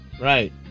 right